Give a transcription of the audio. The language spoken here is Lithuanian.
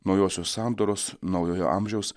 naujosios sandoros naujojo amžiaus